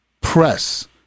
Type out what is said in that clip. press